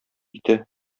ите